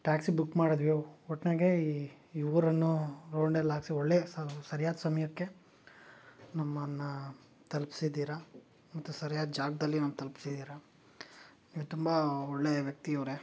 taxi book ಮಾಡಿದ್ವಿ ಒಟ್ನ್ಯಾಗೆ ಈ ಈ ಊರನ್ನು ರೌಂಡ್ ಎಲ್ಲ ಹಾಕ್ಸಿ ಒಳ್ಳೆಯ ಸರಿಯಾದ ಸಮಯಕ್ಕೆ ನಮ್ಮನ್ನು ತಲುಪಿಸಿದ್ದೀರ ಮತ್ತು ಸರಿಯಾದ ಜಾಗದಲ್ಲಿ ನಮ್ಮ ತಲುಪಿಸಿದೀರ ನೀವು ತುಂಬ ಒಳ್ಳೆಯ ವ್ಯಕ್ತಿ ಇವರೆ